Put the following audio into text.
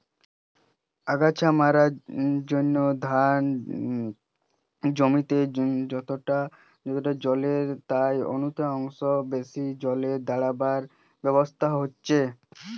আগাছা মারার জিনে ধান জমি যতটা জল রয় তাই নু তিরিশ শতাংশ বেশি জল দাড়িবার ব্যবস্থা হিচে